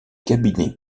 cabinets